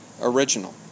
original